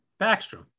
Backstrom